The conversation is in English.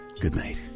goodnight